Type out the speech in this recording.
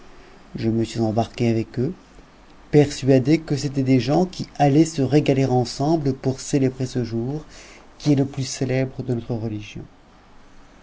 je me suis embarqué avec eux persuadé que c'étaient des gens qui allaient se régaler ensemble pour célébrer ce jour qui est le plus célèbre de notre religion